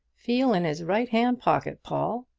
feel in his right-hand pocket, paul!